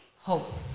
hope